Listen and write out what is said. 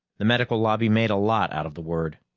the medical lobby made a lot out of the word.